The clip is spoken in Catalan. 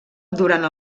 durant